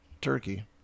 turkey